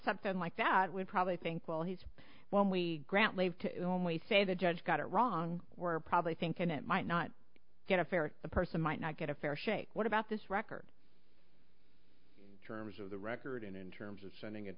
something like that would probably think well he's when we grant leave to always say the judge got it wrong we're probably thinking it might not get a fair a person might not get a fair shake what about this record terms of the record and in terms of sending it